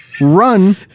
run